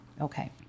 Okay